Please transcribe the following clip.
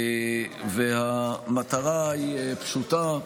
המטרה היא פשוטה: